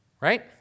right